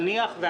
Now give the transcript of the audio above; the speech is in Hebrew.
נניח,